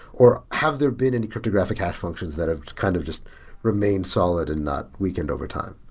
or have there been any cryptographic hash functions that have kind of just remained solid and not weakened overtime?